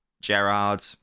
Gerard